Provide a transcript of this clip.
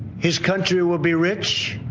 his country will be rich.